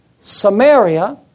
Samaria